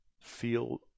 feel